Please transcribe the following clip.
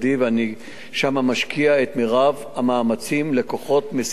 ושם אני משקיע את מרב המאמצים לכוחות משימה